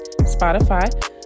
Spotify